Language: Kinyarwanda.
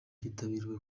cyitabiriwe